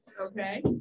Okay